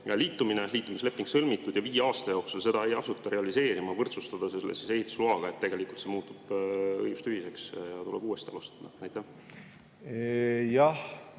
liitumine, liitumisleping on sõlmitud, ja viie aasta jooksul seda ei asuta realiseerima, võrdsustada see siis ehitusloaga, sest tegelikult see muutub õigustühiseks ja tuleb uuesti